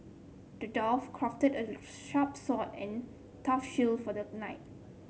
the dwarf crafted a sharp sword and a tough shield for the knight